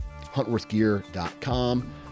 HuntworthGear.com